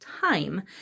time